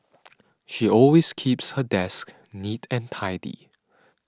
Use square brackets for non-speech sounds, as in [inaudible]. [noise] she always keeps her desk neat and tidy